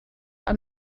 are